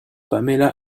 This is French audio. pamela